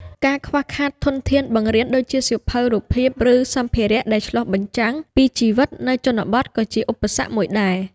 ការខ្វះខាតធនធានបង្រៀនដូចជាសៀវភៅរូបភាព ឬសម្ភារៈដែលឆ្លុះបញ្ចាំងពីជីវិតនៅជនបទក៏ជាឧបសគ្គមួយដែរ។